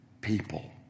people